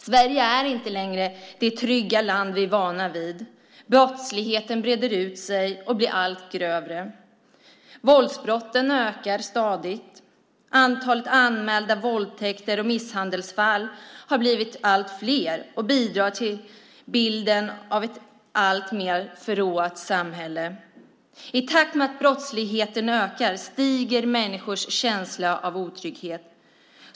Sverige är inte längre det trygga land vi är vana vid. Brottsligheten breder ut sig och blir allt grövre. Våldsbrotten ökar stadigt. Antalet anmälda våldtäkter och misshandelsfall har blivit allt större och bidrar till bilden av ett alltmer förråat samhälle. I takt med att brottsligheten ökar stiger människors känsla av otrygghet.